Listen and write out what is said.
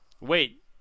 Wait